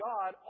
God